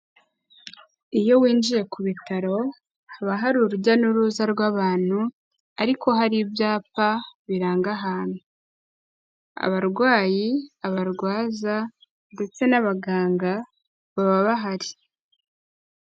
Iyo winjiye ku bitaro haba hari urujya n'uruza rw'abantu ariko hari ibyapa biranga ahantu. Abarwayi abarwaza ndetse n'abaganga baba bahari.